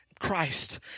Christ